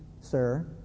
sir